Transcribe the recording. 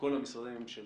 לכל משרדי הממשלה